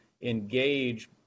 engage